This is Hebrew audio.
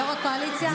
יו"ר הקואליציה.